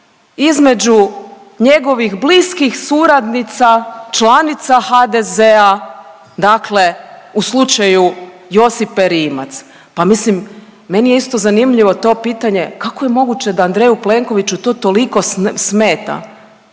između njegovih bliskih suradnica, članica HDZ-a, dakle u slučaju Josipe Rimac. Pa mislim meni je isto zanimljivo to pitanje kako je moguće da Andreju Plenkoviću to toliko smeta.